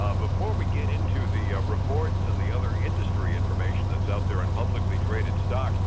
ah before we get into the reports and the other industry information that's out there in publicly traded stocks